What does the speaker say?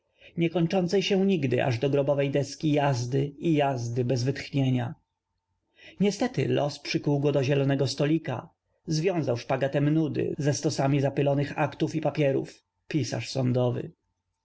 pociąg niekończącej się nigdy aż do g ro bowej deski jazdy i jazdy bez w ytchnienia n iestety los przykuł go do zielonego stolika związał szpagatem nudy ze stosam i zapylo nych aktów i papierów pisarz sądow